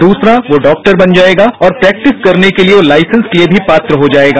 दूसरा वो डॉक्टर बन जाएगा और प्रेक्टिस करने के लिए वह लाइसेंस के लिए भी पात्र हो जाएगा